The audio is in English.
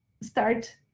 start